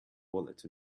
wallet